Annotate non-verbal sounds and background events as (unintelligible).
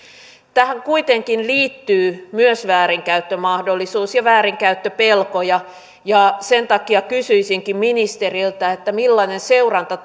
tähän kuitenkin liittyy myös väärinkäyttömahdollisuus ja väärinkäyttöpelkoja ja sen takia kysyisinkin ministeriltä millainen seuranta (unintelligible)